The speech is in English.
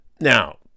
Now